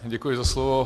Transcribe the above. Děkuji za slovo.